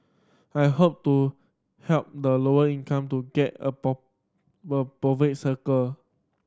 I hope to help the lower income to get above above cycle